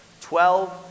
Twelve